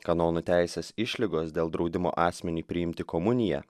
kanonų teisės išlygos dėl draudimo asmeniui priimti komuniją